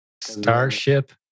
Starship